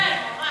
כן, ממש.